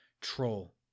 Troll